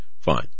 fine